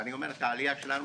ואני אומר 'העלייה שלנו',